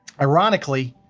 ironically,